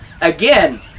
again